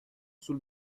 sul